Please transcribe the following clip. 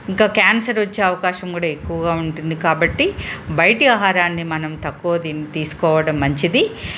ఇంకా క్యాన్సర్ వచ్చే అవకాశం కూడా ఎక్కువగా ఉంటుంది కాబట్టి బయట ఆహారాన్ని మనం తక్కువ దీన్ని తీసుకోవడం మంచిది